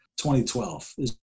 2012